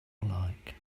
like